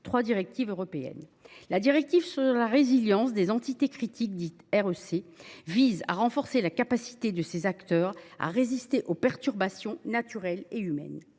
trois directives européennes. La directive sur la résilience des entités critiques tend à renforcer la capacité de ces acteurs à résister aux perturbations naturelles et humaines.